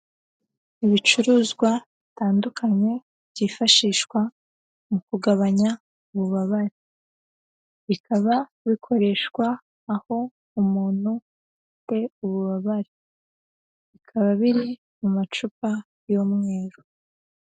Ibicuruzwa bitandukanye, byifashishwa mu kugabanya ububabare, bikaba bikoreshwa aho umuntu afite ububabare, bikaba biri mu macupa y'umweru.